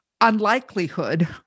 unlikelihood